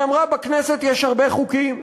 היא אמרה: בכנסת יש הרבה חוקים,